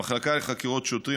המחלקה לחקירות שוטרים,